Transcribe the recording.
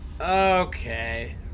Okay